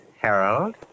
Harold